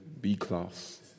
B-class